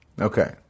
Okay